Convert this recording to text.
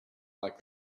like